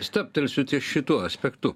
stabtelsiu ties šituo aspektu